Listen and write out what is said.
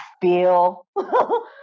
feel